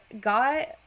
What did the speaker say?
got